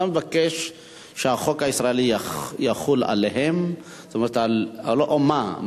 אתה מבקש שהחוק הישראלי יחול עליהם, או מה?